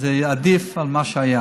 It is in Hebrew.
וזה יהיה עדיף על מה שהיה.